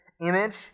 image